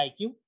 IQ